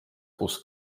kus